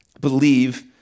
believe